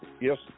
Yes